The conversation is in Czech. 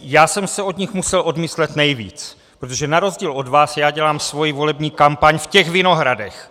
Já jsem se od nich musel odmyslet nejvíc, protože na rozdíl od vás já dělám svoji volební kampaň v těch vinohradech.